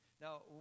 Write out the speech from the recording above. Now